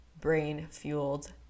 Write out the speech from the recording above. brain-fueled